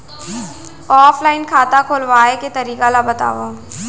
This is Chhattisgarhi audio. ऑफलाइन खाता खोलवाय के तरीका ल बतावव?